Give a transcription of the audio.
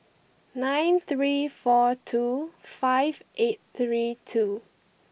nine three four two five eight three two